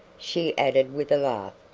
she added with a laugh,